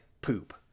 poop